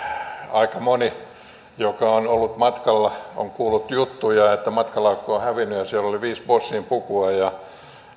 aika moni joka on ollut matkalla on kuullut juttuja että matkalaukku on hävinnyt ja siellä oli viiden bossin pukua ja